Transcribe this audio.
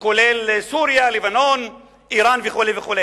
כולל סוריה, לבנון, אירן וכו'.